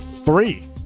Three